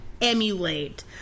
emulate